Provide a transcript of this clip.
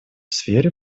сфере